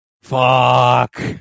fuck